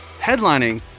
headlining